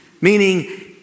Meaning